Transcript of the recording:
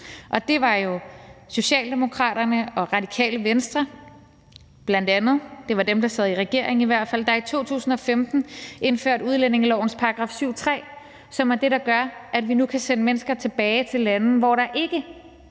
Og det var jo bl.a. Socialdemokraterne og Radikale Venstre – det var i hvert fald dem, der sad i regering – der i 2015 indførte udlændingelovens § 7, stk. 3, som er den, der gør, at vi nu kan sende mennesker tilbage til lande, hvor der ikke